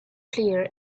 clear